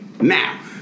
now